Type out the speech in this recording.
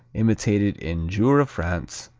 imitated in jura, france,